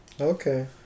Okay